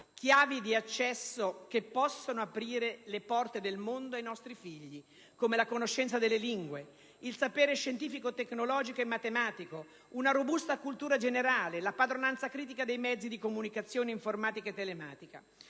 chiavi di accesso che possono aprire le porte del mondo ai nostri figli, come la conoscenza delle lingue, il sapere scientifico tecnologico e matematico, una robusta cultura generale, la padronanza critica dei mezzi di comunicazione informatica e telematica.